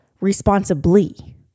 responsibly